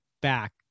back